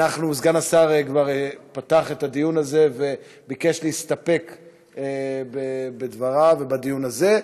סגן השר כבר פתח את הדיון הזה וביקש להסתפק בדבריו ובדיון הזה,